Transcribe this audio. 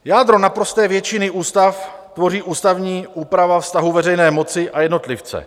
Jádro naprosté většiny ústav tvoří ústavní úprava vztahu veřejné moci a jednotlivce.